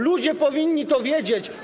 Ludzie powinni to wiedzieć.